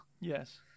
Yes